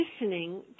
listening